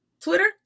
Twitter